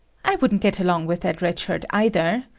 i wouldn't get along with that red shirt either.